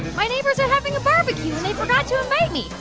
my neighbors are having a barbecue. and they forgot to invite me.